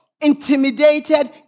intimidated